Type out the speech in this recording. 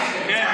הזויים.